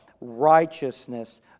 Righteousness